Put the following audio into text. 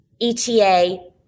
ETA